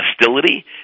hostility